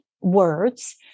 words